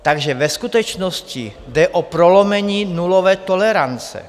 Takže ve skutečnosti jde o prolomení nulové tolerance.